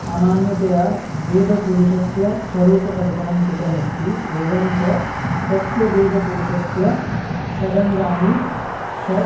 सामान्यतया वेदपुरुषस्य स्वरूपकल्पनं कृतम् अस्ति एवं च तस्य वेदपुरुषस्य षडङ्गानि षड्